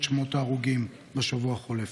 את שמות ההרוגים בשבוע החולף.